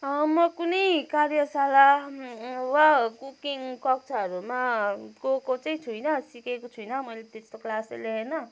म कुनै कार्यशाला वा कुकिङ कक्षाहरूमा गएको चाहिँ छुइनँ सिकेको छुइनँ मैले त्यस्तो क्लासै लिएन